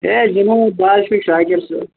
ہے بہٕ حظ چھُس شاکِر صٲب